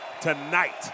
tonight